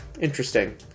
interesting